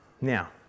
Now